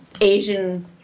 Asian